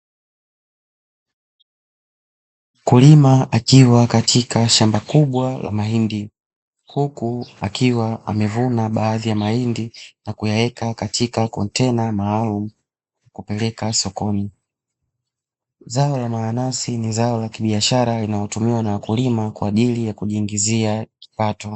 Mkulima akiwa katika shamba kubwa la mahindi, huku akiwa amevuna baadhi ya mahindi na kuyaweka katika kontena maalumu kupeleka sokoni. Zao la manasi ni zao la kibiashara linaotumiwa na wakulima kwa ajili ya kujiingizia kipato.